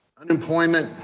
Unemployment